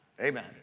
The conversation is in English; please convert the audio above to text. Amen